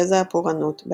גזע הפורענות,